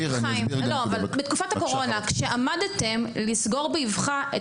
בתקופת הקורונה כשעמדתם לסגור באבחה את